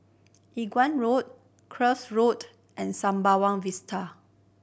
Inggu Road Cuff Road and Sembawang Vista